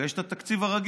ויש את התקציב הרגיל.